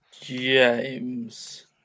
James